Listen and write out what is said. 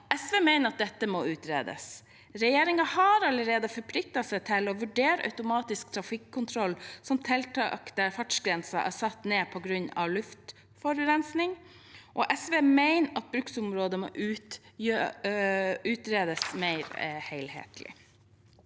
SV mener at det må utredes. Regjeringen har allerede forpliktet seg til å vurdere automatisk trafikkontroll som tiltak der fartsgrensen er satt ned på grunn av luftforurensing. SV mener at bruksområdet må utredes mer helhetlig.